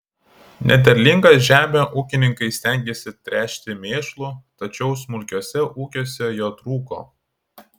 nederlingą žemę ūkininkai stengėsi tręšti mėšlu tačiau smulkiuose ūkiuose jo trūko